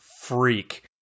freak